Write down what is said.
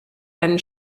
einen